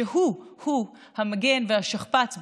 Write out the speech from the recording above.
שהוא-הוא המגן והשכפ"ץ,